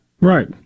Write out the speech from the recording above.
Right